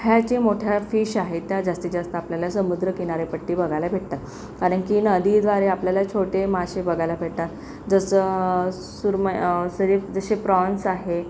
ह्या ज्या मोठ्या फिश आहेत त्या जास्तीत जास्त आपल्याला समुद्रकिनारपट्टी बघायला भेटतात कारण की नदीद्वारे आपल्याला छोटे मासे बघायला भेटतात जसं सुरमई सॉरी जसे प्राॅन्स आहेत